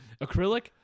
Acrylic